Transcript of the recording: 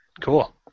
Cool